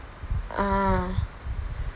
ah